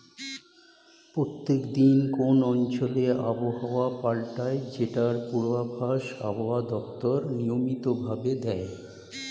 প্রত্যেক দিন কোন অঞ্চলে আবহাওয়া পাল্টায় যেটার পূর্বাভাস আবহাওয়া দপ্তর নিয়মিত ভাবে দেয়